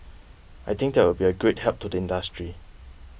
I think that will be a great help to the industry